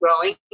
growing